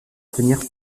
obtenir